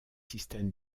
systèmes